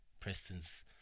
Preston's